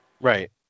Right